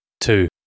two